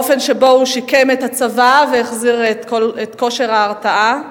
באופן שבו הוא שיקם את הצבא והחזיר את כושר ההרתעה.